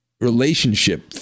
relationship